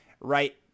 right